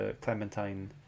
Clementine